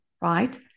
right